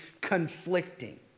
conflicting